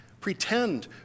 pretend